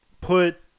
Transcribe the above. put